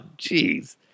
jeez